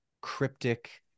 cryptic